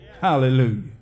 Hallelujah